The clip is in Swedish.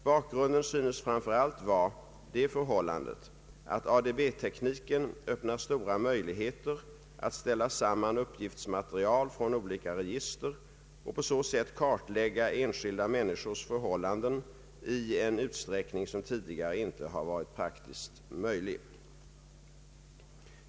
Bakgrunden synes framför allt vara det förhållandet att ADB-tekniken öppnar stora möjligheter att ställa samman uppgiftsmaterial från olika register och på så sätt kartlägga enskilda människors förhållanden i en utsträckning som tidigare inte har varit praktiskt möjlig.